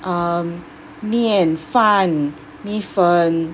um 面饭米粉